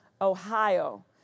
Ohio